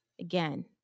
again